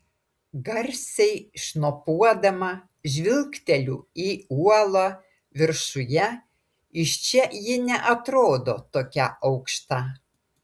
garsiai šnopuodama žvilgteliu į uolą viršuje iš čia ji neatrodo tokia aukšta